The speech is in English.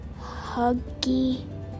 Huggy